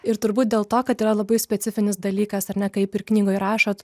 ir turbūt dėl to kad yra labai specifinis dalykas ar ne kaip ir knygoj rašot